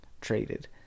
traded